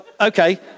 Okay